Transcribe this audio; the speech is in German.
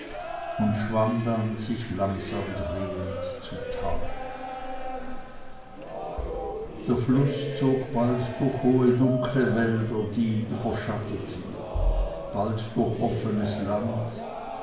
und schwamm dann sich langsam drehend zu tal der fluß zog bald durch hohe dunkle wälder die ihn überschatteten bald durch offenes land